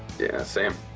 yeah, same.